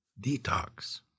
Detox